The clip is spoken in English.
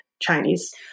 Chinese